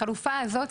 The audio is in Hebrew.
החלופה הזאת,